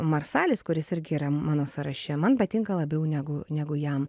marsalis kuris irgi yra mano sąraše man patinka labiau negu negu jam